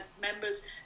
members